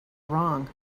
wrong